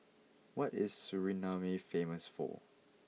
what is Suriname famous for